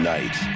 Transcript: Night